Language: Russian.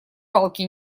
балки